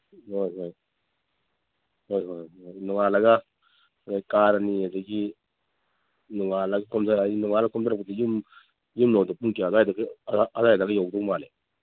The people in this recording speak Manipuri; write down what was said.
ꯍꯣꯏ ꯍꯣꯏ ꯍꯣꯏ ꯍꯣꯏ ꯅꯣꯡꯉꯥꯜꯂꯒ ꯀꯥꯔꯅꯤ ꯑꯗꯒꯤ ꯅꯣꯡꯉꯥꯜꯂꯒ ꯀꯨꯝꯗꯔꯛꯑꯅꯤ ꯅꯣꯡꯉꯥꯜꯂ ꯀꯨꯝꯗꯔꯛꯄꯗ ꯌꯨꯝ ꯌꯨꯝ ꯌꯧꯕꯗ ꯄꯨꯡ ꯀꯌꯥ ꯑꯗꯥꯏꯗꯒ ꯑꯗꯥꯏꯗꯒ ꯌꯧꯗꯧ ꯃꯥꯜꯂꯤ